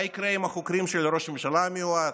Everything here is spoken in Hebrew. מה יקרה עם החוקרים של ראש הממשלה המיועד,